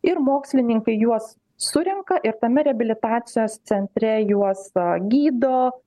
ir mokslininkai juos surenka ir tame reabilitacijos centre juos gydo